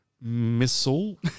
missile